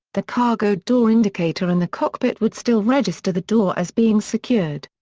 the cargo door indicator in the cockpit would still register the door as being secured.